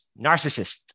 narcissist